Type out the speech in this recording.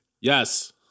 Yes